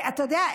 אתה יודע,